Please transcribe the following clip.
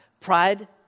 Pride